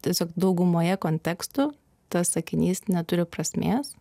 tiesiog daugumoje kontekstų tas sakinys neturi prasmės